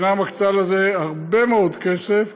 המדינה מקצה לזה הרבה מאוד כסף.